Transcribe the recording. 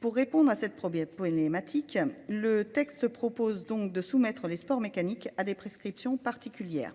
Pour répondre à cette problématique, le texte propose donc de soumettre les sports mécaniques à des prescriptions particulières.